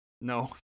No